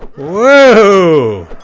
whoa!